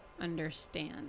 understand